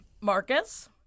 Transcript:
Marcus